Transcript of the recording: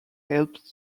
helped